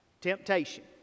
temptation